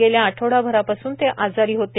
गेल्या आठवडाभरापासून ते आजारी होते